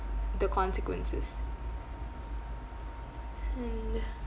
the consequences hmm